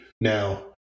Now